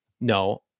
No